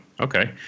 Okay